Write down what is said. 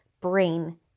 brain